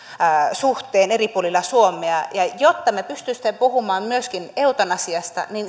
suhteen eri puolilla suomea jotta me pystyisimme puhumaan myöskin eutanasiasta niin